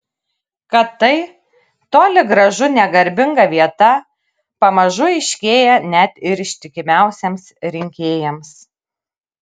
kad tai toli gražu ne garbinga vieta pamažu aiškėja net ir ištikimiausiems rinkėjams